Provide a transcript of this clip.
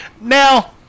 Now